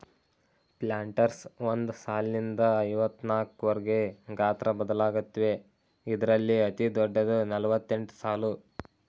planters ಒಂದ್ ಸಾಲ್ನಿಂದ ಐವತ್ನಾಕ್ವರ್ಗೆ ಗಾತ್ರ ಬದಲಾಗತ್ವೆ ಇದ್ರಲ್ಲಿ ಅತಿದೊಡ್ಡದು ನಲವತ್ತೆಂಟ್ಸಾಲು